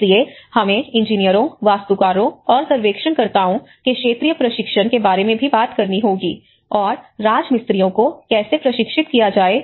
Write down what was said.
इसलिए हमें इंजीनियरों वास्तुकारों और सर्वेक्षणकर्ताओं के क्षेत्रीय प्रशिक्षण के बारे में भी बात करनी होगी और राजमिस्त्रीओं को कैसे प्रशिक्षित किया जाए